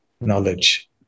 knowledge